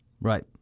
Right